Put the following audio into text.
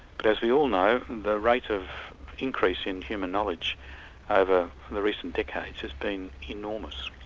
but as we all know, the rate of increase in human knowledge over the recent decades has been enormous.